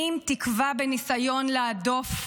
מי עם תקווה בניסיון להדוף,